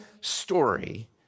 story